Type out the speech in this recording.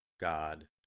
God